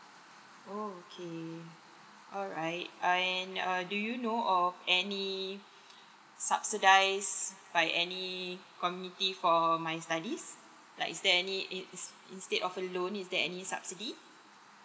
okay alright and uh do you know of any subsidies by any committee for my studies like is there any ins~ instead of a loan is there any subsidy